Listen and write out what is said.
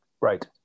Right